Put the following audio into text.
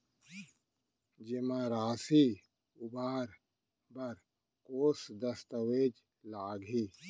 जेमा राशि उबार बर कोस दस्तावेज़ लागही?